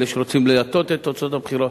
כאלה שרוצים להטות את תוצאות הבחירות.